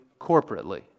corporately